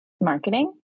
marketing